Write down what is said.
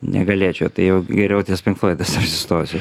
negalėčiau tai jau geriau ties pink floidais apsistosiu